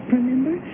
Remember